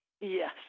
Yes